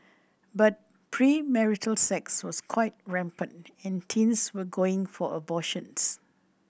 but premarital sex was quite rampant and teens were going for abortions